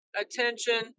attention